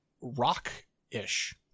rock-ish